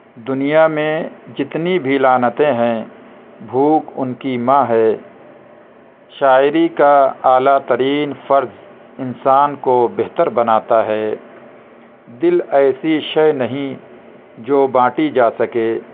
دنیا میں جتنی بھی لعنتیں ہیں بھوک ان کی ماں ہے شاعری کا اعلیٰ ترین فرض انسان کو بہتر بناتا ہے دل ایسی شے نہیں جو بانٹی جا سکے